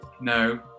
No